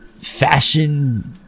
fashion